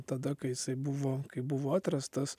tada kai jisai buvo kai buvo atrastas